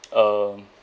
um